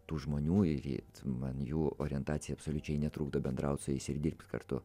tų žmonių ir man jų orientacija absoliučiai netrukdo bendraut su jais ir dirbti kartu